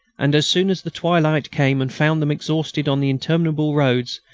and as soon as the twilight came and found them exhausted on the interminable roads,